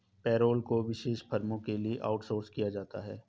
payroll को विशेष फर्मों के लिए आउटसोर्स किया जाता है